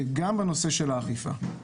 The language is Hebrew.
וגם בנושא האכיפה.